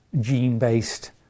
gene-based